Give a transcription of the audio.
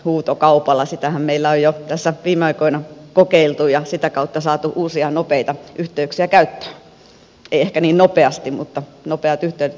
sitähän meillä on jo tässä viime aikoina kokeiltu ja sitä kautta saatu uusia nopeita yhteyksiä käyttöön ei ehkä niin nopeasti mutta nopeat yhteydet ovat ne tärkeimmät